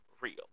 real